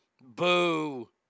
Boo